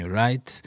right